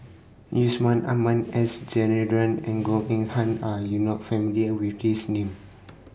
Yusman Aman S Rajendran and Goh Eng Han Are YOU not familiar with These Names